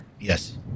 yes